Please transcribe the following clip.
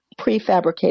prefabricated